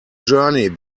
journey